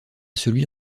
celui